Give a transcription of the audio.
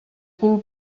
cul